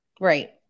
Right